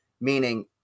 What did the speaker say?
meaning